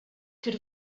could